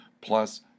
plus